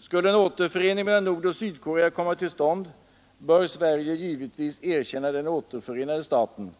Skulle en återförening mellan Nordoch Sydkorea komma till stånd bör Sverige givetvis erkänna den återförenade staten,